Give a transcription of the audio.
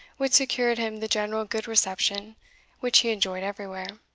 which secured him the general good reception which he enjoyed everywhere.